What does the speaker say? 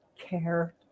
care